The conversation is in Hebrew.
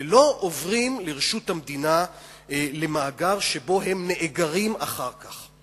ולא עוברים לרשות המדינה למאגר שבו הם נאגרים אחר כך.